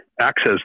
access